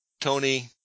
Tony